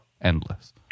endless